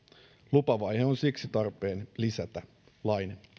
lupavaihe on siksi tarpeen lisätä lain